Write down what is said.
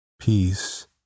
peace